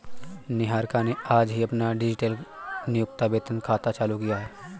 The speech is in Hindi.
निहारिका ने आज ही अपना डिजिटल नियोक्ता वेतन खाता चालू किया है